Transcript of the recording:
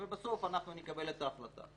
ובסוף אנחנו נקבל את החלטה.